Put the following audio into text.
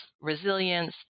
resilience